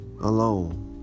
alone